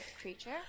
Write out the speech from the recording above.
creature